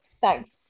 Thanks